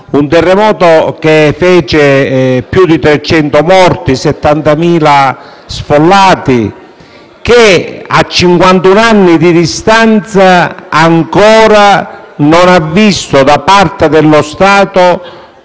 un terremoto che fece più di 300 morti, 70.000 sfollati e che a cinquantuno anni di distanza ancora non ha visto da parte dello Stato